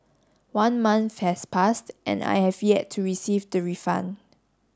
one month has passed and I have yet to receive the refund